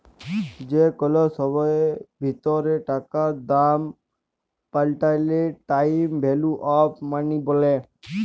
যে কল সময়ের ভিতরে টাকার দাম পাল্টাইলে টাইম ভ্যালু অফ মনি ব্যলে